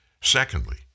Secondly